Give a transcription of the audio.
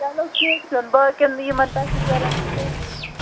چلو کیٚنٛہہ چھُنہٕ باقیَن یِمَن پیسَٮ۪نٛجَرَن ہٕنٛدۍ سیفٹِی